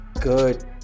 good